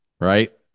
right